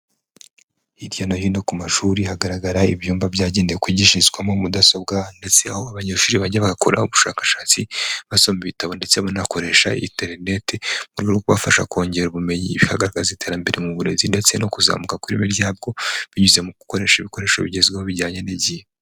Hirya no hino ku mashuri hagaragara ibyumba byagenewe kwigishirizwamo, mudasobwa, ndetse aho abanyeshuri bajya bagakora ubushakashatsi, basoma ibitabo, ndetse banakoresha interineti, mu rwego rwo kubafasha kongera ubumenyi, ibi biragaragaza iterambere mu burezi, ndetse no kuzamuka kw'ireme ryabwo, binyuze mu gukoresha ibikoresho bigezweho bijyanye n'igihe.